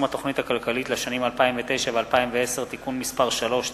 התוכנית הכלכלית לשנים 2009 ו-2010) (תיקון מס' 3),